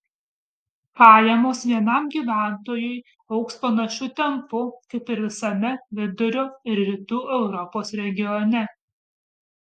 pajamos vienam gyventojui augs panašiu tempu kaip ir visame vidurio ir rytų europos regione